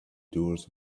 doors